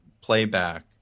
playback